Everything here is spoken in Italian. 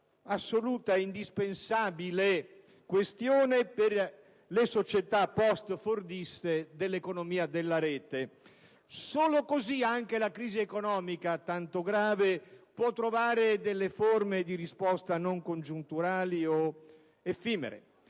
un'assoluta e indispensabile questione per le società postfordiste dell'economia della rete. Solo così anche la crisi economica tanto grave può trovare forme di risposta non congiunturali o effimere;